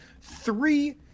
three